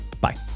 Bye